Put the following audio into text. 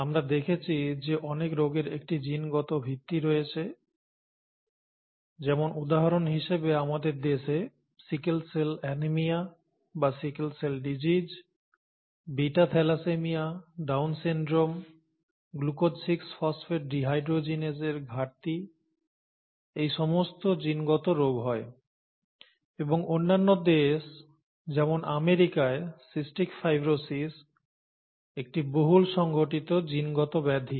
আমরা দেখেছি যে অনেক রোগের একটি জিনগত ভিত্তি রয়েছে যেমন উদাহরণ হিসেবে আমাদের দেশে সিকেল সেল অ্যানিমিয়া বা sickle cell disease beta thalassaemia Down syndrome glucose 6 phosphate ডিহাইড্রোজিনেসের ঘাটতি এই সমস্ত জিনগত রোগ হয় এবং অন্যান্য দেশ যেমন আমেরিকায় সিস্টিক ফাইব্রোসিস একটি বহুল সংঘটিত জিনগত ব্যাধি